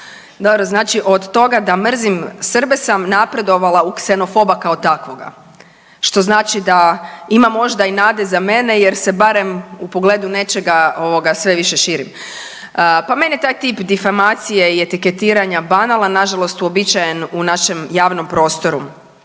toga znači od toga da mrzim Srbe sam napredovala u ksenofoba kao takvoga što znači da ima možda i nade za mene jer se barem u pogledu nečega ovoga sve više širim. Pa mene taj tip difamacije i etiketiranja banalan, nažalost uobičajen u našem javnom prostoru.